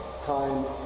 time